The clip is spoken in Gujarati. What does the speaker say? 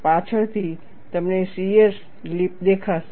પાછળથી તમને શિયર લિપ દેખાશે